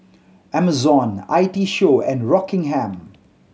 Amazon I T Show and Rockingham